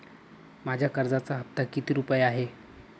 माझ्या कर्जाचा हफ्ता किती रुपये आहे?